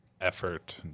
effort